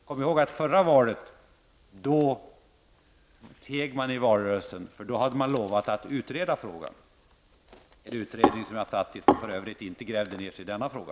Kom ihåg att i förra valrörelsen teg socialdemokraterna. Då lovade man att utreda frågan. En utredning som för övrigt inte grävde ner sig i denna fråga.